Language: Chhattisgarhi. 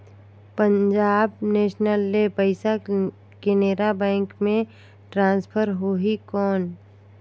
पंजाब नेशनल ले पइसा केनेरा बैंक मे ट्रांसफर होहि कौन?